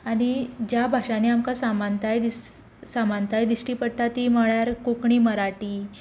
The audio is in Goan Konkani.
आनी ज्या भाशांनी आमकां समानताय समानताय दिश्टी पडटा ती म्हळ्यार कोंकणी मराठी